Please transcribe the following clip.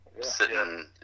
sitting